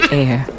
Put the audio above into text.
air